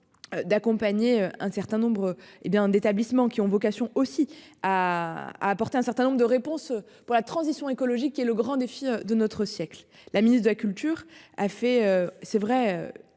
D'accompagner un certain nombre. Hé bien d'établissements qui ont vocation aussi à apporter un certain nombre de réponses pour la transition écologique est le grand défi de notre siècle. La ministre de la Culture a fait c'est vrai